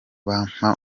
bampa